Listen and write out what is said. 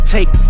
Take